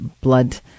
blood